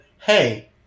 hey